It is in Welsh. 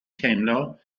teimlo